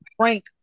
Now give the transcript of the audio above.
Frank